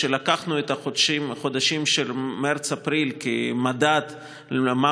כשלקחנו את החודשים מרץ-אפריל כמדד למה